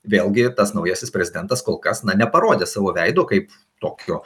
vėlgi tas naujasis prezidentas kol kas na neparodė savo veido kaip tokio